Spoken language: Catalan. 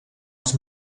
els